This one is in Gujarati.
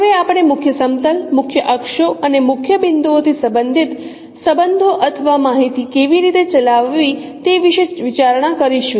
હવે આપણે મુખ્ય સમતલ મુખ્ય અક્ષો અને મુખ્ય બિંદુઓથી સંબંધિત સંબંધો અથવા માહિતી કેવી રીતે ચલાવવી તે વિશે વિચારણા કરીશું